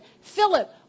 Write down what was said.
Philip